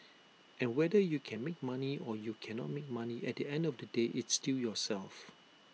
and whether you can make money or you cannot make money at the end of the day it's still yourself